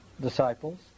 disciples